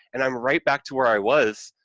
and i'm right back to where i was,